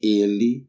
ele